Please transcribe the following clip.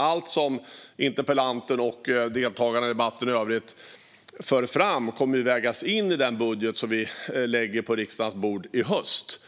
Allt som interpellanten och deltagarna i debatten i övrigt för fram kommer ju att vägas in i den budget som vi lägger på riksdagens bord i höst